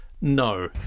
No